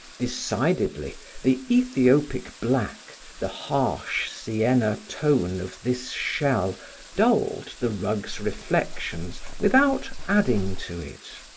decidedly, the ethiopic black, the harsh sienna tone of this shell dulled the rug's reflections without adding to it.